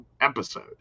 episode